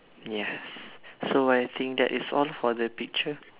yes so I think that is all for that picture